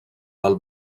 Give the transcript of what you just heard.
del